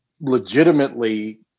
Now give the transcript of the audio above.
legitimately